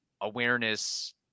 awareness